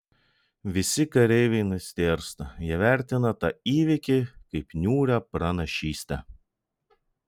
visi kareiviai nustėrsta jie vertina tą įvykį kaip niūrią pranašystę